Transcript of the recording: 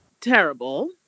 terrible